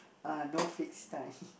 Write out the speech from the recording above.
ah no fixed time